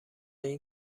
این